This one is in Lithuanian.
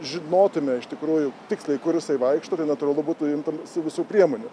žinotume iš tikrųjų tiksliai kur jisai vaikšto tai natūralu būtų imtasi visų priemonių